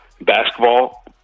basketball